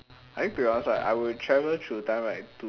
I think to us right I will travel through time right to